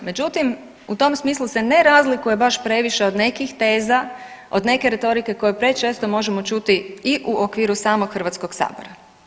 Međutim, u tom smislu se ne razlikuje baš previše od nekih teza, od neke retorike koje prečesto možemo čuti u okviru samog Hrvatskog sabora.